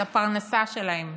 על הפרנסה שלהן.